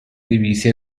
divisi